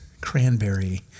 cranberry